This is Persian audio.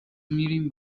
میریم